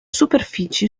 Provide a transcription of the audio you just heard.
superfici